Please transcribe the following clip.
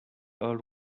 old